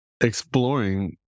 exploring